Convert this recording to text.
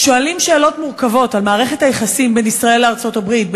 שואלים שאלות מורכבות על מערכת היחסים בין ישראל לארצות-הברית,